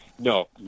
No